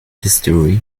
history